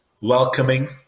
welcoming